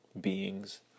beings